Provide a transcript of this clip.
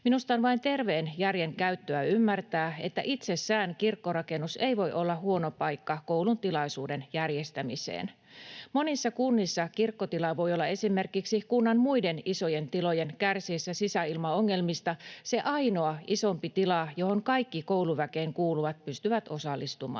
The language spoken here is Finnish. Minusta on vain terveen järjen käyttöä ymmärtää, että itsesään kirkkorakennus ei voi olla huono paikka koulun tilaisuuden järjestämiseen. Monissa kunnissa kirkkotila voi olla esimerkiksi kunnan muiden isojen tilojen kärsiessä sisäilmaongelmista se ainoa isompi tila, johon kaikki kouluväkeen kuuluvat pystyvät osallistumaan.